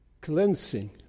cleansing